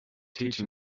teach